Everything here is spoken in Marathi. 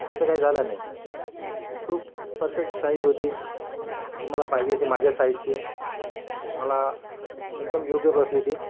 तसं काही झालं नाही खूप परफेक्ट साईज होती जी मला पाहिजे होती माझ्या साईजची मला एकदम योग्य बसली ती